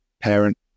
parent